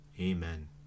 Amen